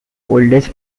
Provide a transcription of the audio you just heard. oldest